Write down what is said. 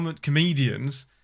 comedians